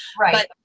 Right